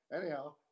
Anyhow